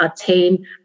attain